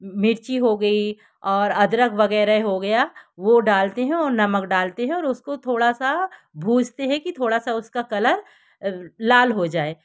मिर्ची हो गई और अदरक वगैरह हो गया वो डालते हैं और नमक डालते हैं और उसको थोड़ा सा भूंजते हैं कि थोड़ा सा उसका कलर लाल हो जाए